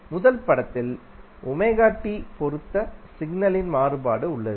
முதல் படத்தில் பொறுத்த சிக்னல்யின் மாறுபாடு உள்ளது